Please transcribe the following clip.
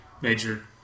major